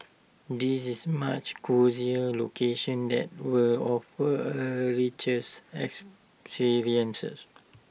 this is much cosier location that will offer A riches experience